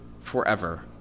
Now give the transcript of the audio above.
forever